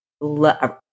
love